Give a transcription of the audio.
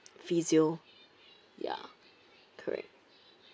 physio ya correct